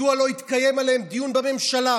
מדוע לא התקיים עליהם דיון בממשלה?